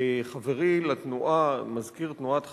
פנה חברי לתנועה, מזכיר תנועת חד"ש,